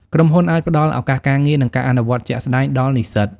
ក្រុមហ៊ុនអាចផ្តល់ឱកាសការងារ និងការអនុវត្តជាក់ស្តែងដល់និស្សិត។